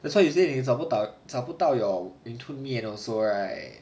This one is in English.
that's why you say 你找不到找不到 your 云吞面 also right